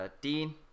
dean